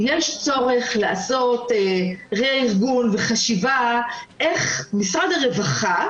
יש צורך לעשות רה-ארגון וחשיבה איך משרד הרווחה